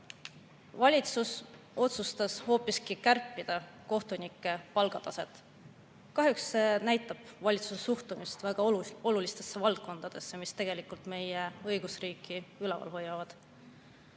Valitsus otsustas hoopiski kärpida kohtunike palgataset. Kahjuks see näitab valitsuse suhtumist väga olulistesse valdkondadesse, mis tegelikult meie õigusriiki üleval hoiavad.